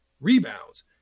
rebounds